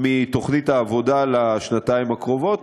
מתוכנית העבודה לשנתיים הקרובות.